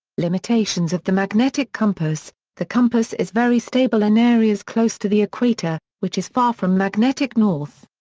limitations of the magnetic compass the compass is very stable in areas close to the equator, which is far from magnetic north.